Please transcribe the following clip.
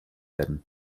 werden